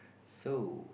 so